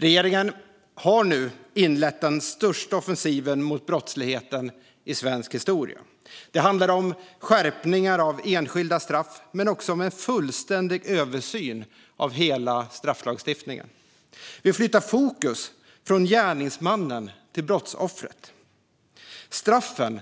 Regeringen har nu inlett den största offensiven mot brottsligheten i svensk historia. Det handlar om skärpningar av enskilda straff men också om en fullständig översyn av hela strafflagstiftningen. Vi flyttar fokus från gärningsmannen till brottsoffret. Straffen